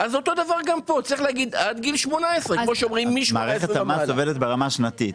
אז אותו הדבר גם פה; צריך להגיד עד גיל 18. מערכת המס עובדת ברמה שנתית.